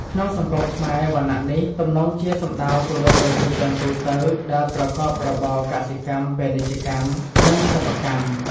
ក្នុងសង្គមខ្មែរ វណ្ណៈនេះទំនងជាសំដៅទៅលើប្រជាជនទូទៅដែលប្រកបរបរកសិកម្ម ពាណិជ្ជកម្ម និងសិប្បកម្ម។